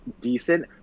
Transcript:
decent